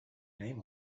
name